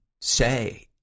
say